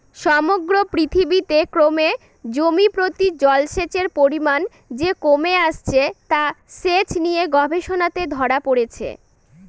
সমগ্র পৃথিবীতে ক্রমে জমিপ্রতি জলসেচের পরিমান যে কমে আসছে তা সেচ নিয়ে গবেষণাতে ধরা পড়েছে